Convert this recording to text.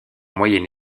moyenne